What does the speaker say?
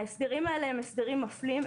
ההסדרים האלה הם הסדרים מפלים.